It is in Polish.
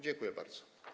Dziękuję bardzo.